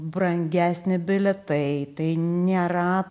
brangesni bilietai tai nėra